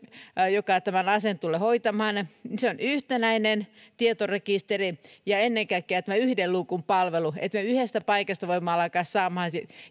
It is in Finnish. mikä tämän asian tulee hoitamaan niin on yhtenäinen tietorekisteri ja ennen kaikkea tämä yhden luukun palvelu niin että me yhdestä paikasta voimme alkaa saamaan